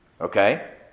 Okay